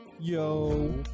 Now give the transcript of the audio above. Yo